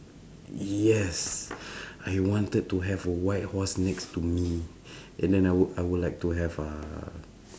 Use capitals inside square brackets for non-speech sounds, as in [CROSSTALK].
yes [BREATH] I wanted to have a white horse next to me [BREATH] and then I would I would like to have uh